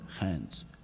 hands